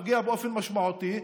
פוגע באופן משמעותי,